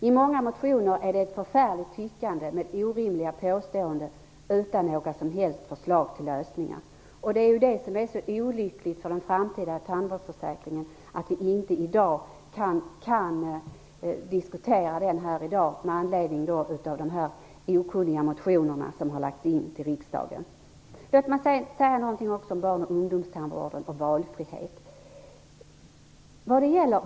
I många motioner är det ett förfärligt tyckande, med orimliga påståenden utan några som helst förslag till lösningar. Det som är så olyckligt för den framtida tandvårdsförsäkringen är att vi i dag, med anledning av dessa motioner, inte kan diskutera frågan. Låt mig också säga något om barn och ungdomstandvården och valfriheten.